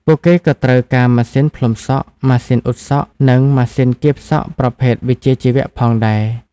ពួកគេក៏ត្រូវការម៉ាស៊ីនផ្លុំសក់ ម៉ាស៊ីនអ៊ុតសក់ និងម៉ាស៊ីនគៀបសក់ប្រភេទវិជ្ជាជីវៈផងដែរ។